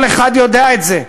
כל אחד יודע את זה,